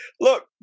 look